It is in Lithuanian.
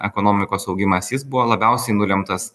ekonomikos augimas jis buvo labiausiai nulemtas